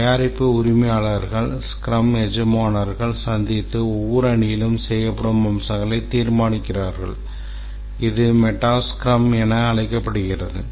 தயாரிப்பு உரிமையாளர்கள் ஸ்க்ரம் எஜமானர்கள் சந்தித்து ஒவ்வொரு அணியிலும் செய்யப்படும் அம்சங்களை தீர்மானிக்கிறார்கள் இது மெட்டா ஸ்க்ரம் என்றும் அழைக்கப்படுகிறது